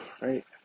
right